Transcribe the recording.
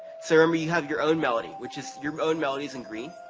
so remember, you have your own melody, which is your own melody's in green,